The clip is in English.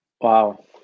Wow